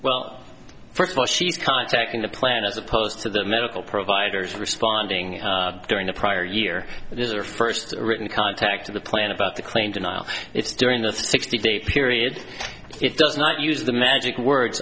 well first of all she's contacting the plan as opposed to the medical providers responding during the prior year these are first written contacts of the plan about the claim denial if during the sixty day period it does not use the magic word